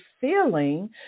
feeling